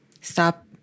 Stop